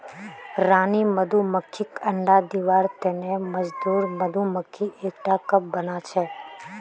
रानी मधुमक्खीक अंडा दिबार तने मजदूर मधुमक्खी एकटा कप बनाछेक